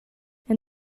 and